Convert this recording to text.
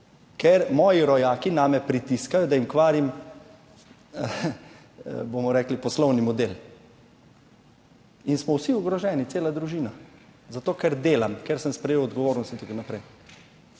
ker moji rojaki name pritiskajo, da jim kvarim, bomo rekli, poslovni model, in smo vsi ogroženi, cela družina, zato ker delam, ker sem sprejel odgovornost in tako naprej.